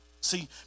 See